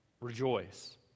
rejoice